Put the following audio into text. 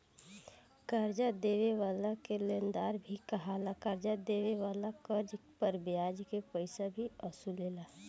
कर्जा देवे वाला के लेनदार भी कहाला, कर्जा देवे वाला कर्ज पर ब्याज के पइसा भी वसूलेला